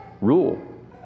rule